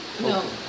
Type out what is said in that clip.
No